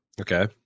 Okay